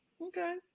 Okay